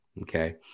Okay